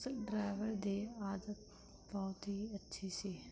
ਉਸ ਡਰੈਵਰ ਦੀ ਆਦਤ ਬਹੁਤ ਹੀ ਅੱਛੀ ਸੀ